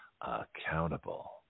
accountable